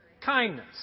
Kindness